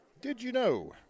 did-you-know